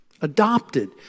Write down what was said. Adopted